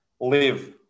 live